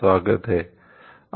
स्वागत हे